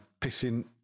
Pissing